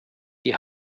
die